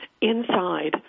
inside